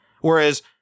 Whereas